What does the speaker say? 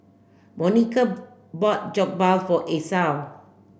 Monica bought Jokbal for Esau